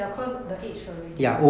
ya cause the age will reduce